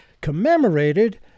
commemorated